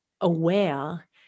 aware